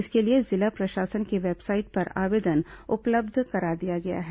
इसके लिए जिला प्रशासन की वेबसाइट पर आवेदन उपलब्ध करा दिया गया है